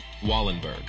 Wallenberg